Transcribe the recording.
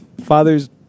father's